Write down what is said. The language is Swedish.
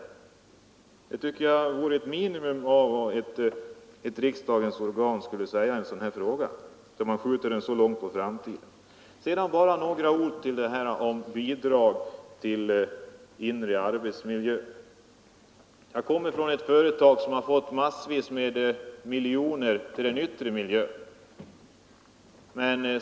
Det tycker jag vore ett minimum av vad ett riksdagens organ skulle meddela i en sådan här fråga, då man skjuter den så långt på framtiden. Bara några ord om bidrag till inre arbetsmiljö. Jag kommer från ett företag som fått massvis med miljoner till den yttre miljön.